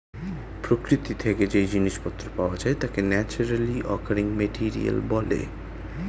প্রকৃতি থেকে যেই জিনিস পত্র পাওয়া যায় তাকে ন্যাচারালি অকারিং মেটেরিয়াল বলে